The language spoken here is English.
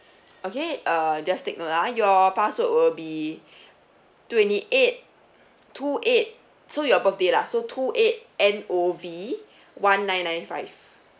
okay uh just take note ah your password will be twenty eight two eight so your birthday lah so two eight N O V one nine nine five